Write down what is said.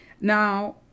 Now